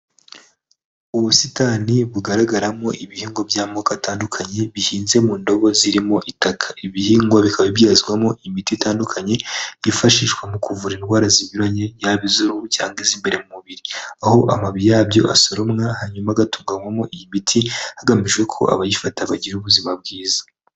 Ubusitani bugaragaramo ibihingwa by'amoko atandukanye bihinze mu ndobo zirimo itaka, ibihingwa bikaba byezwamo imiti itandukanye byifashishwa mu kuvura indwara zinyuranye, yaba iz' uruhu cyangwaza imbere mu mubiri. Aho amababi yabyo asoromwa hanyuma agatuganywamo iyi miti, hagamijwe ko abayifata bagira ubuzima bwiza.